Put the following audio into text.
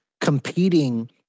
competing